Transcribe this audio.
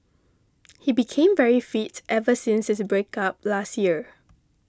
he became very fit ever since his breakup last year